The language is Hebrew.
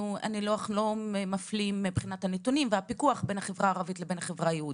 אנחנו לא מפלים מבחינת הנתונים והפיקוח בין החברה היהודית לחברה הערבית.